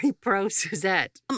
pro-Suzette